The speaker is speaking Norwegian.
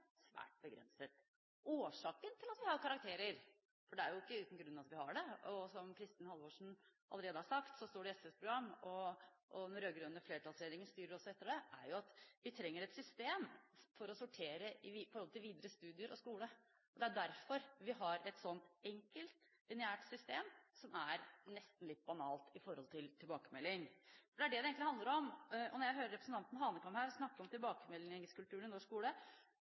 svært begrenset. Årsaken til at vi har karakterer – for det er jo ikke uten grunn at vi har det, og som Kristin Halvorsen allerede har sagt, står det i SVs program, og den rød-grønne flertallsregjeringen styrer også etter det – er at vi trenger et system for å sortere i forhold til videre studier og skole. Det er derfor vi har et slikt enkelt lineært system, som er nesten litt banalt med tanke på tilbakemelding. Det er det det egentlig handler om. Når jeg hører representanten Hanekamhaug snakke om tilbakemeldingskulturen i norsk skole,